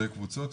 שתי קבוצות,